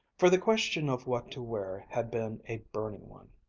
for the question of what to wear had been a burning one.